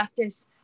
leftist